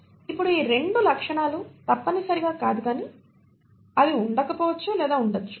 ఇప్పుడు ఈ 2 లక్షణాలు తప్పనిసరి కాదు కానీ అవి ఉండకపోవచ్చు లేదా ఉండకపోవచ్చు